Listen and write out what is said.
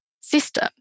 system